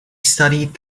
studied